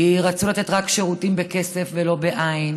כי רצו לתת שירותים רק בכסף ולא בעין